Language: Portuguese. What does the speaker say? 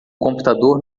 computador